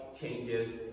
changes